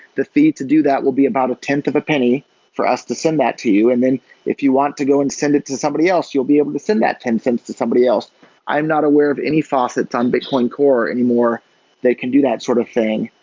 the fee to do that will be about a tenth of a penny for us to send that to you. and then if you want to go and send it to somebody else, you'll be able to send that ten cents to somebody else i'm not aware of any faucets on bitcoin core anymore that can do that sort of thing.